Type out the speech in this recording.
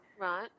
Right